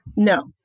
No